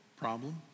problem